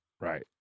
right